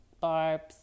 Barbs